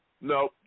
No